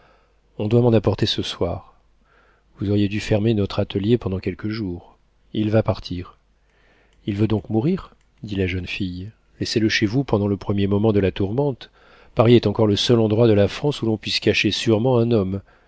on doit m'en apporter ce soir vous auriez dû fermer notre atelier pendant quelques jours il va partir il veut donc mourir dit la jeune fille laissez-le chez vous pendant le premier moment de la tourmente paris est encore le seul endroit de la france où l'on puisse cacher sûrement un homme